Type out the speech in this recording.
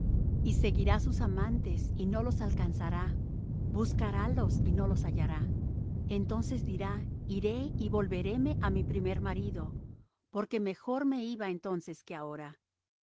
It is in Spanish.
y seguirá sus amantes y no los alcanzará buscarálos y no los hallará entonces dira iré y volvéreme á mi primer marido porque mejor me iba entonces que ahora